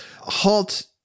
Halt